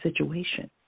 situation